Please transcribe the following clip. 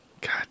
God